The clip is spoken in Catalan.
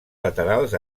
laterals